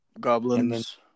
Goblins